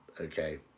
okay